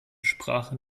sprache